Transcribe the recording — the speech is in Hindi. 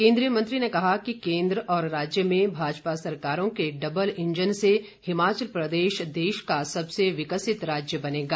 केन्द्रीय मंत्री ने कहा कि केन्द्र और राज्य में भाजपा सरकारों के डब्बल ईजन से हिमाचल प्रदेश देश का सबसे विकसित राज्य बनेगा